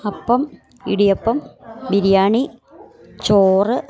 അപ്പം ഇടിയപ്പം ബിരിയാണി ചോറ്